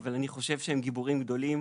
אבל אני חושב שהם גיבורים גדולים.